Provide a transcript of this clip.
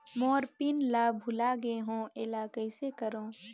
मोर pin ला भुला गे हो एला कइसे करो?